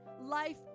life